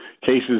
cases